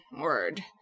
word